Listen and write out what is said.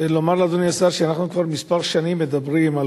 לומר לאדוני השר שאנחנו כבר כמה שנים מדברים על